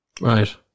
Right